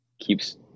keeps